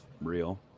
Real